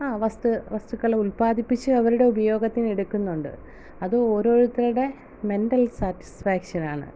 വസ്തു വസ്തുക്കൾ ഉൽപാദിപ്പിച്ച് അവരുടെ ഉപയോഗത്തിന് എടുക്കുന്നുണ്ട് അത് ഓരോരുത്തരുടെ മെൻറ്റൽ സ്റ്റാറ്റിസ്ഫാക്ഷനാണ്